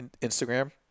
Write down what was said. Instagram